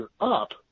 up